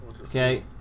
Okay